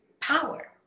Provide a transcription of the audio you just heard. power